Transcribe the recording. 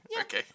Okay